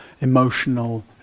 emotional